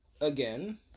again